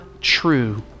true